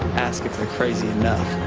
ask if they're crazy enough.